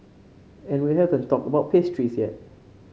and we haven't talked about pastries yet